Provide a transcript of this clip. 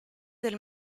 del